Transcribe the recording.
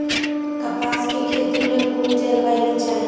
कपास के खेती में कुन जलवायु चाही?